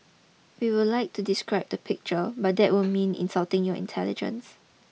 we would like to describe the picture but that would mean insulting your intelligence